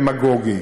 נדבר ענייניות,